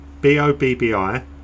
B-O-B-B-I